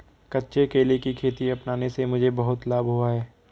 कच्चे केले की खेती अपनाने से मुझे बहुत लाभ हुआ है